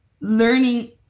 learning